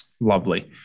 Lovely